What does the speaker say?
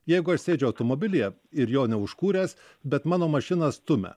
jeigu aš sėdžiu automobilyje ir jo neužkūręs bet mano mašiną stumia